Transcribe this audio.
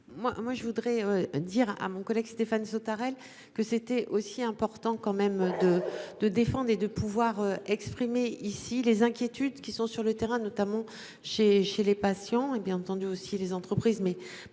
moi je voudrais dire à mon collègue Stéphane Sautarel que c'était aussi important quand même de de défendre et de pouvoir exprimer ici les inquiétudes qui sont sur le terrain, notamment chez chez les patients hé bien entendu aussi les entreprises